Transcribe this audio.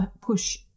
push